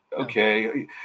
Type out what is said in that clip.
okay